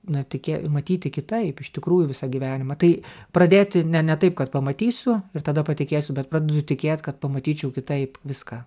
na tikė matyti kitaip iš tikrųjų visą gyvenimą tai pradėti ne ne taip kad pamatysiu ir tada patikėsiu bet pradedu tikėt kad pamatyčiau kitaip viską